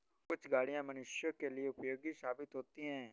कुछ गाड़ियां मनुष्यों के लिए उपयोगी साबित होती हैं